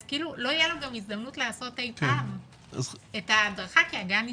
אז לא תהיה לנו הזדמנות לעשות את ההדרכה כי הגן ייסגר.